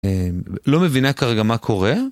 לא מבינה כרגע מה קורה